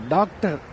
Doctor